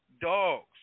dogs